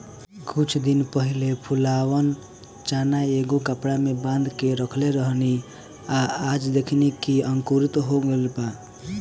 कुछ दिन पहिले फुलावल चना एगो कपड़ा में बांध के रखले रहनी आ आज देखनी त अंकुरित हो गइल बा